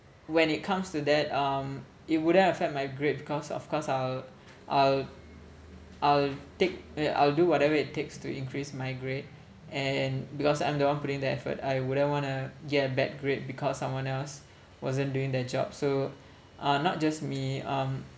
when it comes to that um it wouldn't affect my grade because of course I'll I'll I'll take I'll do whatever it takes to increase my grade and because I'm the one putting the effort I wouldn't wanna get a bad grade because someone else wasn't doing their job so uh not just me um